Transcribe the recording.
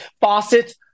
faucets